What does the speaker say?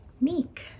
meek